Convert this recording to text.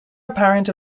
apparent